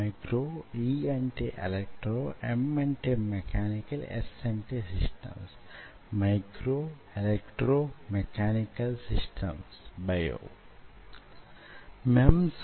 ఎందుకంటే ఈ విలువ వోకే వొక మ్యో ట్యూబ్ నుండి మీరు తీసుకోగలిగినది - పరిమితమైన పరిమాణం గల వొకే ఒక మ్యో ట్యూబ్ నుండి